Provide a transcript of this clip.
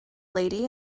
lady